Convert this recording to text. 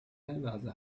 وضع